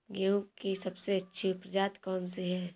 गेहूँ की सबसे अच्छी प्रजाति कौन सी है?